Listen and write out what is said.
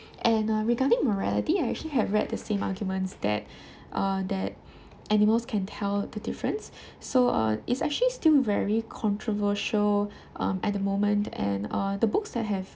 and uh regarding morality I actually have read the same arguments that that animals can tell the difference so uh it's actually still very controversial um at the moment and uh the books that have